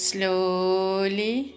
Slowly